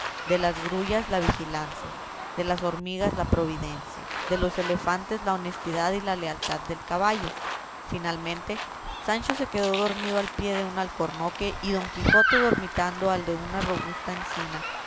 de las grullas la vigilancia de las hormigas la providencia de los elefantes la honestidad y la lealtad del caballo finalmente sancho se quedó dormido al pie de un alcornoque y don quijote dormitando al de una robusta encina